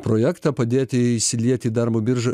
projektą padėti įsilieti į darbo biržą